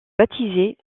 baptiser